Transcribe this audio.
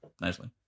nicely